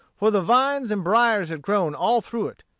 for the vines and briers had grown all through it,